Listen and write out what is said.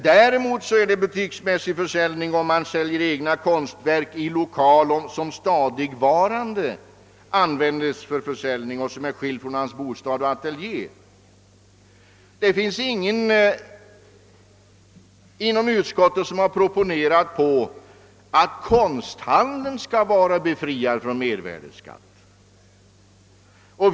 Däremot är det butiksmässig försäljning om han säljer egna konstverk »i lokal som stadigvarande användes för försäljning och som är skild från hans bostad eller ateljé». Ingen i utskottet har proponerat att konsthandeln skall vara befriad från mervärdeskatt.